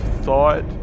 thought